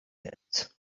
کرد